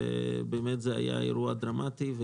באמת זה היה אירוע דרמטי.